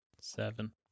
Seven